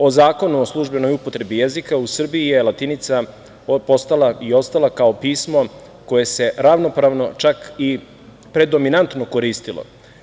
O Zakonu o službenoj upotrebi jezika u Srbiji je latinica postala i ostala kao pismo koje se ravnopravno, čak i predominantno koristilo.